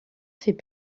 fait